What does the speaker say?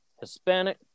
Hispanic